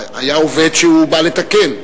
היה עובד שבא לתקן.